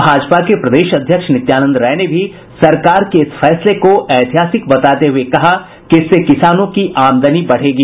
भाजपा के प्रदेश अध्यक्ष नित्यानंद राय ने भी सरकार के इस फैसले को ऐतिहासिक बताते हुए कहा कि इससे किसानों की आमदनी बढ़ेगी